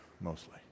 mostly